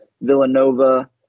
villanova